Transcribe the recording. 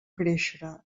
créixer